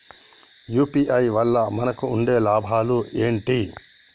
UPI వల్ల మనకు ఉండే లాభాలు ఏంటి?